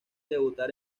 debutar